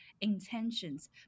intentions